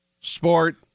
sport